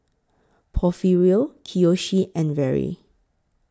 Porfirio Kiyoshi and Vere